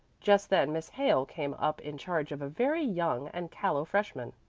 just then miss hale came up in charge of a very young and callow freshman.